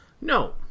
No